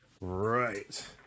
right